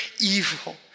evil